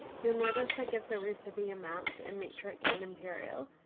you'll notice i give the recipe amounts in metric and imperial,